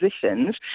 positions